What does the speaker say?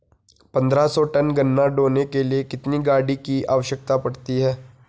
पन्द्रह सौ टन गन्ना ढोने के लिए कितनी गाड़ी की आवश्यकता पड़ती है?